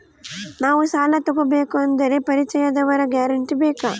ನಾವು ಸಾಲ ತೋಗಬೇಕು ಅಂದರೆ ಪರಿಚಯದವರ ಗ್ಯಾರಂಟಿ ಬೇಕಾ?